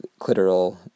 clitoral